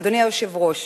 אדוני היושב-ראש,